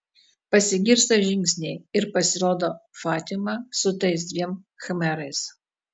pasigirsta žingsniai ir pasirodo fatima su tais dviem khmerais